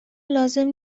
لازم